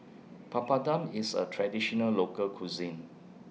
Papadum IS A Traditional Local Cuisine